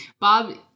Bob